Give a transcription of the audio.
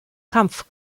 kampf